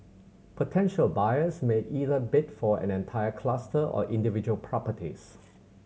potential buyers may either bid for an entire cluster or individual properties